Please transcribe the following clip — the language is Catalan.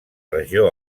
regió